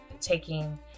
taking